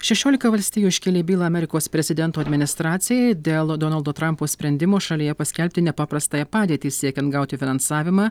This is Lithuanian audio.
šešiolika valstijų iškėlė bylą amerikos prezidento administracijai dėl donaldo trampo sprendimo šalyje paskelbti nepaprastąją padėtį siekiant gauti finansavimą